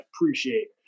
appreciate